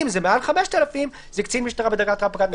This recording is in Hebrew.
אם זה מעל 5,000 זה קצין משטרה בדרגת רב פקד.